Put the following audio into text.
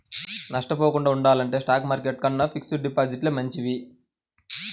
నష్టపోకుండా ఉండాలంటే stock market కన్నా ఫిక్స్డ్ డిపాజిట్లే మంచివి